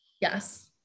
Yes